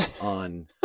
on